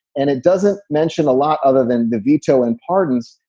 and it doesn't mention a lot other than the veto and pardons.